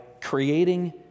creating